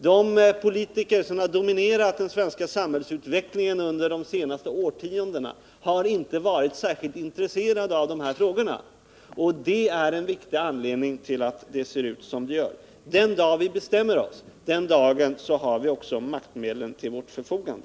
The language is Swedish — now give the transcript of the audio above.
De politiker som har dominerat den svenska samhällsutvecklingen under de senaste årtiondena har inte varit särskilt intresserade av de här frågorna, och det är en viktig anledning till att det ser ut som det gör. Den dag vi bestämmer oss, den dagen har vi också maktmedlen till vårt förfogande.